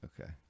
Okay